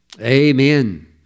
Amen